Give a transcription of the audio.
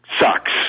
sucks